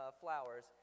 flowers